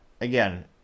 again